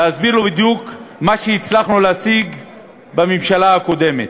להסביר לו בדיוק מה שהצלחנו להשיג בממשלה הקודמת.